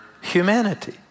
humanity